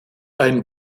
ein